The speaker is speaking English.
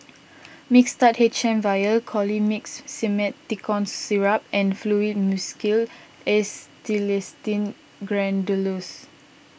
Mixtard H M Vial Colimix Simethicone Syrup and Fluimucil Acetylcysteine